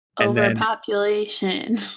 Overpopulation